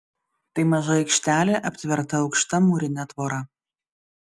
tai maža aikštelė aptverta aukšta mūrine tvora